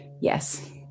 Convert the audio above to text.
Yes